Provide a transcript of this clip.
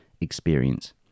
experience